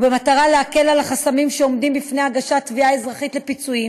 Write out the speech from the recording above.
ובמטרה להקל את החסמים שעומדים בפני הגשת תביעה אזרחית לפיצויים,